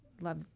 love